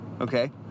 okay